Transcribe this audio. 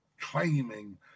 claiming